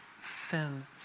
sin